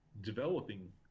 developing